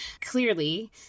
Clearly